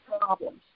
problems